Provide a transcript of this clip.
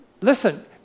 Listen